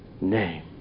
name